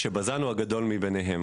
כשבז"ן הוא הגדול מביניהם.